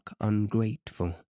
ungrateful